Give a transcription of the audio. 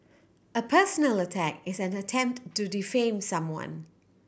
a personal attack is an attempt to defame someone